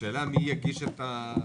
השאלה היא מי יגיש את התביעה.